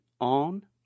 on